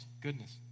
goodness